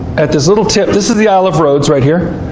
at this little tip, this is the isle of rhodes right here.